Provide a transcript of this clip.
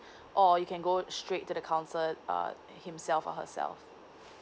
or you can go straight to the counsellor uh himself or herself